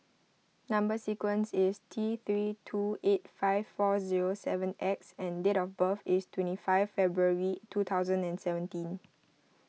Number Sequence is T three two eight five four zero seven X and date of birth is twenty five February two thousand and seventeen